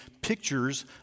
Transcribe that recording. pictures